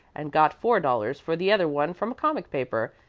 and got four dollars for the other one from a comic paper.